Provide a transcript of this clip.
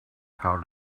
how